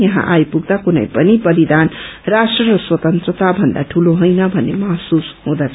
यहाँ आइपुग्दा कुनै पनि बलिदान राष्ट्र र स्वतन्त्रता भन्दा ठूलो होइन भन्ने महसूस हुँदछ